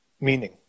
meaning